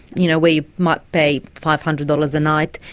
you know, where you might pay five hundred dollars a night,